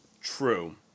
True